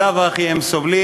כי בלאו הכי הם סובלים.